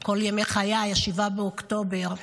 ימי חיי, 7 באוקטובר.